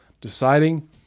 Deciding